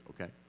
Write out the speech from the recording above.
okay